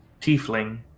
tiefling